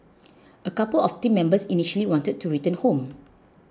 a couple of the team members initially wanted to return home